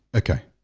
okay,